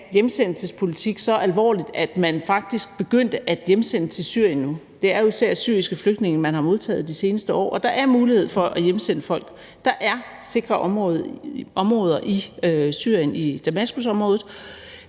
tage hjemsendelsespolitik så alvorligt, at man faktisk begyndte at hjemsende til Syrien nu. Det er jo især syriske flygtninge, man har modtaget de seneste år, og der er mulighed for at hjemsende folk. Der er sikre områder i Syrien, i Damaskusområdet,